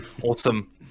awesome